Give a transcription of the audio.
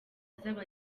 azaba